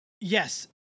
yes